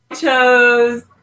chose